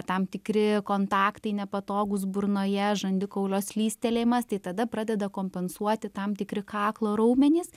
tam tikri kontaktai nepatogūs burnoje žandikaulio slystelėjimas tai tada pradeda kompensuoti tam tikri kaklo raumenys